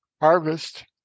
harvest